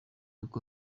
uko